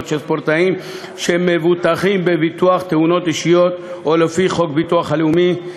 של ספורטאים שמבוטחים בביטוח תאונות אישיות או לפי חוק הביטוח הלאומי,